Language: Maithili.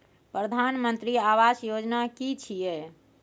प्रधानमंत्री आवास योजना कि छिए?